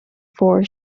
four